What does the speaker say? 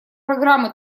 программы